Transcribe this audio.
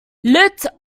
lit